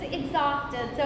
exhausted